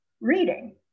reading